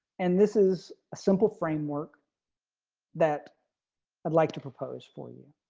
and this is a simple framework that i'd like to propose for you.